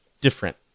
different